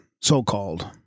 so-called